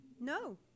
no